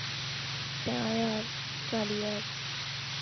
पंजा ज्हार चाली ज्हार